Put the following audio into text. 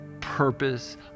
purpose